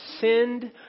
sinned